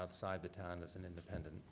outside the time as an independent